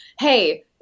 Hey